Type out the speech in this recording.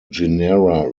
genera